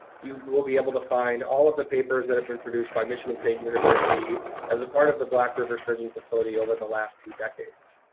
you will be able to find all of the papers that have been produced by michigan state university as a part of the black river sturgeon facility over the last two decades.